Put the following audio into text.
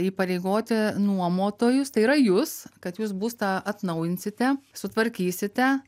įpareigoti nuomotojus tai yra jus kad jūs būstą atnaujinsite sutvarkysite